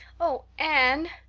oh, anne!